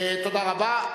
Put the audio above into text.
אנחנו רוצים, תודה רבה.